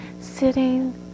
sitting